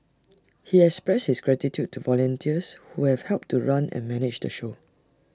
he expressed his gratitude to volunteers who have helped to run and manage the show